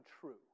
true